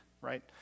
right